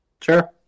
sure